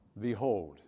Behold